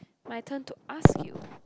my turn to ask you